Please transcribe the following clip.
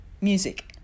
Music